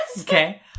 Okay